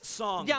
song